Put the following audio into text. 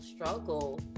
struggle